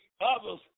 others